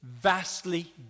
vastly